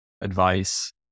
advice